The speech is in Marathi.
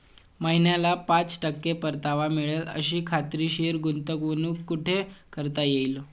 महिन्याला पाच टक्के परतावा मिळेल अशी खात्रीशीर गुंतवणूक कुठे करता येईल?